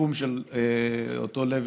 השיקום של אותו לוי,